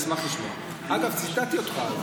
אגב, ציטטתי אותך.